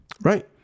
right